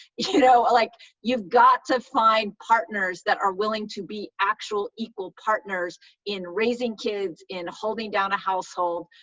you know like you've got to find partners that are willing to be actual equal partners in raising kids, in holding down a household.